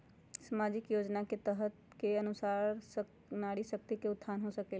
सामाजिक योजना के तहत के अनुशार नारी शकति का उत्थान हो सकील?